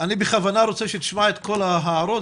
אני בכוונה רוצה שתשמע את כל ההערות,